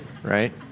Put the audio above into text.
Right